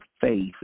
faith